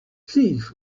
thief